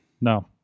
No